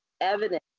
evidence